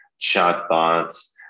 chatbots